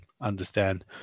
understand